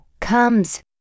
comes